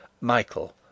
Michael